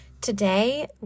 Today